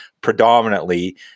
predominantly